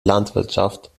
landwirtschaft